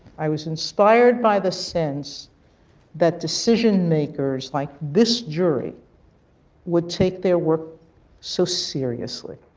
i was inspired by the sense that decision makers like this jury would take their work so seriously.